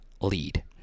lead